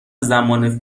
زمان